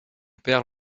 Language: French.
père